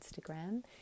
Instagram